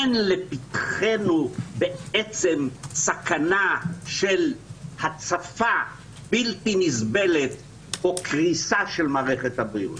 אין לפתחנו סכנה של הצפה בלתי נסבלת או קריסה של מערכת הבריאות.